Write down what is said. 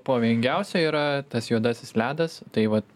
pavojingiausia yra tas juodasis ledas tai vat